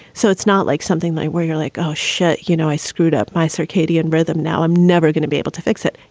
so it's not like something like where you're like, oh, shit, you know, i screwed up my circadian rhythm. now i'm never going to be able to fix it.